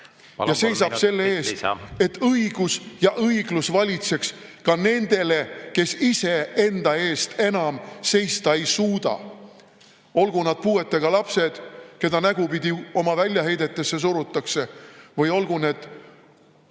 ja seisab selle eest, et õigus ja õiglus valitseks ka nende suhtes, kes ise enda eest enam seista ei suuda, olgu nad puuetega lapsed, keda nägupidi oma väljaheidetesse surutakse, või olgu need